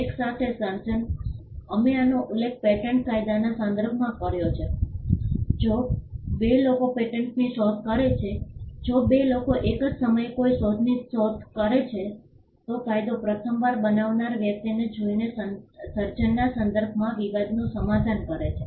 એક સાથે સર્જન અમે આનો ઉલ્લેખ પેટન્ટ કાયદાના સંદર્ભમાં કર્યો હતો જો બે લોકો પેટન્ટની શોધ કરે છે જો બે લોકો એક જ સમયે કોઈ શોધની શોધ કરે છે તો કાયદો પ્રથમવાર બનાવનાર વ્યક્તિને જોઈને સર્જનના સંદર્ભમાં વિવાદનું સમાધાન કરે છે